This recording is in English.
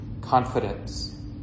confidence